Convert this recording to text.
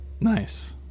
Nice